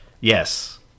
yes